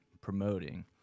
promoting